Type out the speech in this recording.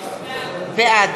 בעד